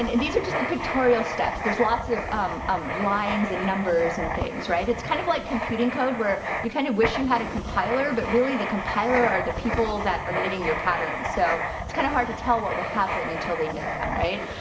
and and these are just the pictorial steps. there's lots of um lines and numbers and things, right? it's kind of like computing code, where you kind of wish you had a compiler, but really, the compiler are the people that are knitting your pattern, so it's kinda hard to tell what will happen until they knit them, right?